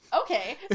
Okay